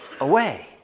away